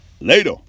Later